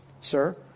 sir